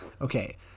Okay